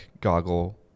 goggle